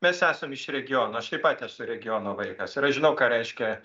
mes esam iš regiono aš taip pat esu regiono vaikas ir aš žinau ką reiškia